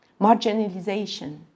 marginalization